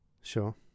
Sure